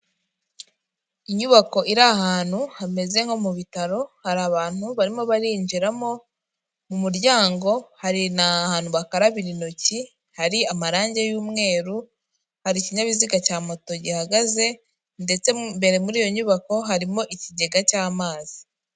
Inyubako iri ahantu hameze nko mu bitaro hari abantu barimo barinjiramo mu muryango hari n'ahantu bakarabira intoki hari amarangi y'umweru hari ikinyabiziga cya moto gihagaze ndetse mbere muri iyo nyubako harimo ikigega cy'amazi.